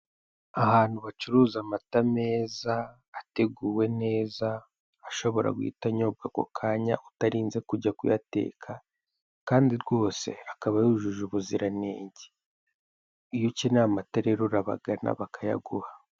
Ahantu bacuruza amata meza, ateguwe neza, ashobora guhita anyobwa ako kanya utarinze kujya kuyateka, kandi rwose akaba yujuje ubuziranenge. Iyo ukeneye amata rero urabagana bakayaguha.